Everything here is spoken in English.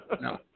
No